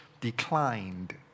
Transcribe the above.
declined